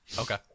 Okay